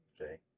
Okay